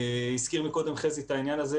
הזכיר קודם חזי את העניין הזה,